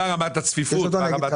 מה רמת הצפיפות וכולי.